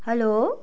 hello